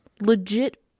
legit